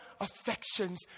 affections